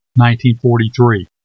1943